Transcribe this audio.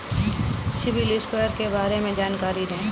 CIBIL score के बारे में जानकारी दें?